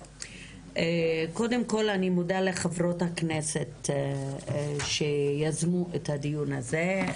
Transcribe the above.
קודם כל אני מודה לחברות הכנסת שיזמו את הדיון הזה,